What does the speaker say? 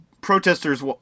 Protesters